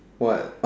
why